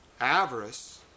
avarice